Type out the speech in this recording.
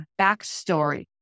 Backstory